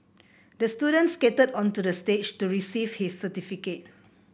the student skated onto the stage to receive his certificate